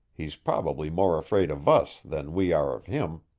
he's probably more afraid of us than we are of him.